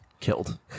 killed